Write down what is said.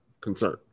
concern